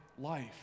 life